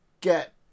get